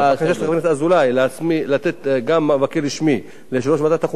הבקשה של חבר הכנסת אזולאי, שיושב-ראש ועדת החוקה